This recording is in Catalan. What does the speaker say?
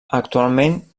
actualment